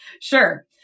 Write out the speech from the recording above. Sure